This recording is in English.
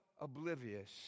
oblivious